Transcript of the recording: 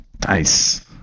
nice